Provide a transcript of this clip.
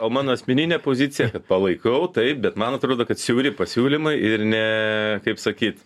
o mano asmeninė pozicija kad palaikau taip bet man atrodo kad siauri pasiūlymai ir ne kaip sakyt